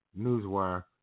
Newswire